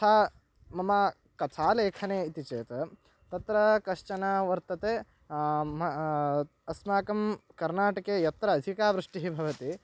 यथा मम कथा लेखने इति चेत् तत्र कश्चन वर्तते अस्माकं कर्नाटके यत्र अधिका वृष्टिः भवति